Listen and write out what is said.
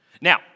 Now